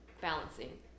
balancing